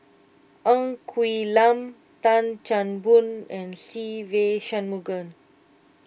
Ng Quee Lam Tan Chan Boon and Se Ve Shanmugam